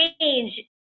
change